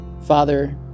father